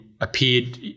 appeared –